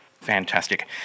Fantastic